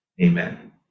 Amen